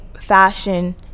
fashion